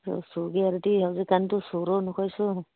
ꯑꯗꯨ ꯁꯨꯒꯦ ꯍꯥꯏꯔꯗꯤ ꯍꯧꯖꯤꯛ ꯀꯥꯟꯁꯨ ꯁꯨꯔꯣ ꯅꯈꯣꯏꯁꯨ